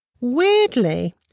Weirdly